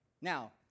Now